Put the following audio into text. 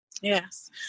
Yes